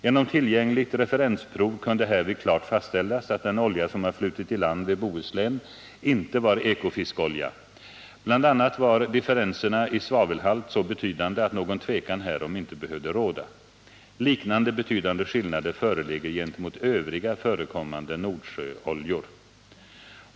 Genom tillgängligt referensprov kunde härvid klart fastställas att den olja som har flutit i land vid Bohuslän inte var Ekofiskolja. Bl. a. var differenserna i svavelhalt så betydande att något tvivel härom inte behövde råda. Liknande betydande skillnader föreligger gentemot övriga förekommande Nordsjöoljor.